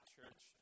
Church